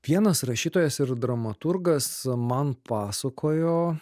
vienas rašytojas ir dramaturgas man pasakojo